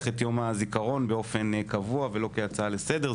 את יום הזיכרון באופן קבוע ולא כהצעה לסדר,